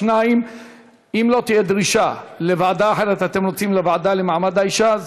2. אם לא תהיה דרישה לוועדה אחרת אתם רוצים לוועדה למעמד האישה?